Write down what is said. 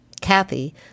Kathy